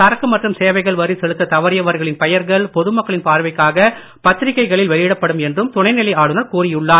சரக்கு மற்றும் சேவைகள் வரி செலுத்தத் தவறியவர்களின் பெயர்கள் பொது மக்களின் பார்வைக்காக பத்திரிகையில் வெளியிடப்படும் என்றும் துணைநிலை ஆளுனர் கூறியுள்ளார்